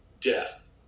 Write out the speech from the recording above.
death